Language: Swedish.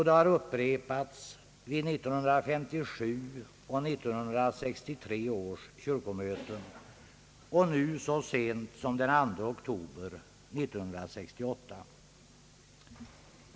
Det har upprepats vid 1957 och 1963 års kyrkomöten och nu så sent som den 2 oktober 1968.